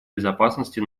безопасности